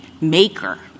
maker